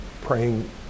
praying